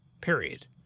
period